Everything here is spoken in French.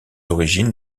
origines